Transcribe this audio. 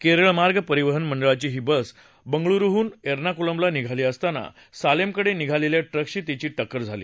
केरळ मार्ग परिवहन मंडळाची ही बस बंगळुरुहून एर्नाकुलमला निघाली असताना सालेमकडे निघालेल्या ट्रकशी तीची केकर झाली